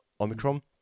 omicron